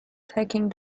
taking